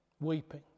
weeping